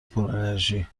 پرانرژی